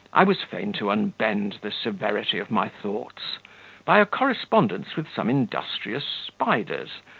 i was fain to unbend the severity of my thoughts by a correspondence with some industrious spiders,